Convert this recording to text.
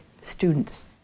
students